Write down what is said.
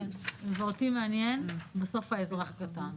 ואותי מעניין בסוף האזרח הקטן,